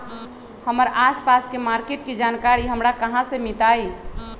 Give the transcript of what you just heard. हमर आसपास के मार्किट के जानकारी हमरा कहाँ से मिताई?